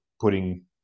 putting